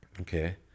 okay